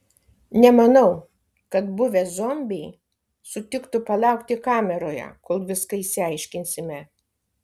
nemanau kad buvę zombiai sutiktų palaukti kameroje kol viską išsiaiškinsime